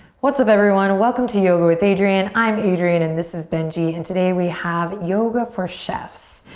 what's up everyone? welcome to yoga with adriene, i'm adriene and this is benji. and today we have yoga for chefs.